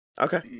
Okay